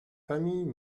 familles